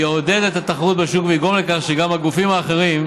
יעודד את התחרות בשוק ויגרום לכך שגם הגופים האחרים,